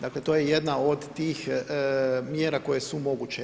Dakle to je jedna od tih mjera koje su moguće.